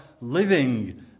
living